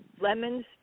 lemons